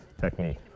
technique